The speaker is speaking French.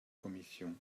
commission